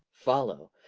follow!